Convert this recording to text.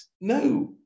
no